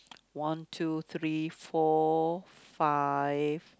one two three four five